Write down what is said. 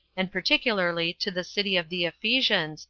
and particularly to the city of the ephesians,